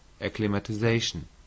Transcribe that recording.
acclimatization